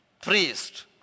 priest